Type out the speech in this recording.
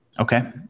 Okay